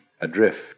adrift